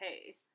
okay